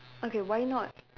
okay why not